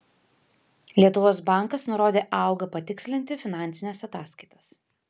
lietuvos bankas nurodė auga patikslinti finansines ataskaitas